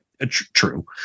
True